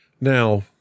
Now